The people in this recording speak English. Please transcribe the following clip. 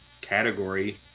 category